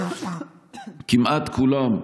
כמעט כולם,